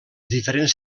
diferents